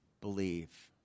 believe